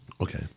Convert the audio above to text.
Okay